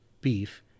beef